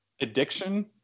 addiction